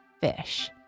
fish